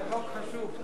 זה חוק חשוב.